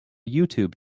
youtube